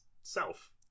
self